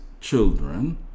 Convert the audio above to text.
children